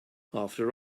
after